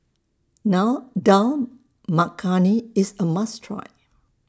now Dal Makhani IS A must Try